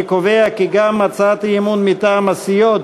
אני קובע כי גם הצעת האי-אמון מטעם הסיעות